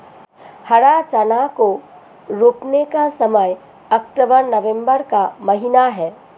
हरा चना को रोपने का समय अक्टूबर नवंबर का महीना है